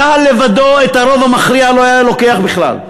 צה"ל לבדו את הרוב המכריע לא היה לוקח בכלל,